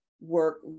work